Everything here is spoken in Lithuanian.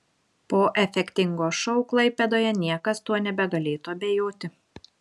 po efektingo šou klaipėdoje niekas tuo nebegalėtų abejoti